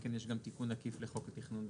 מכן יש גם תיקון עקיף לחוק התכנון והבנייה.